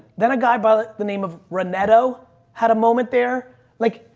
then a guy by the the name of ron eto had a moment there like,